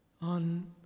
on